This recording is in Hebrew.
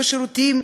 בשירותים,